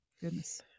Goodness